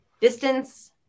distance